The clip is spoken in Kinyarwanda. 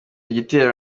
gitero